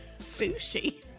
Sushi